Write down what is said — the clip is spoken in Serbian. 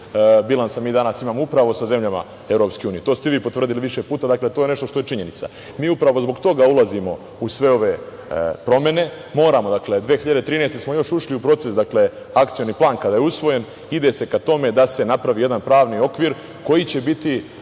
bilansa imamo upravo sa zemljama EU.To ste vi potvrdili više puta i to je nešto što je činjenica. Mi upravo zbog toga ulazimo u sve ove promene, moramo. Još 2013. smo ušli u proces, kada je usvojen Akcioni plan. Dakle, ide se ka tome da se napravi jedan pravni okvir koji će biti